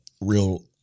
real